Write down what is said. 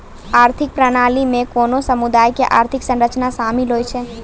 आर्थिक प्रणाली मे कोनो समुदायो के आर्थिक संरचना शामिल होय छै